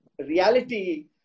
reality